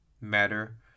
matter